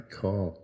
call